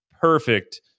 perfect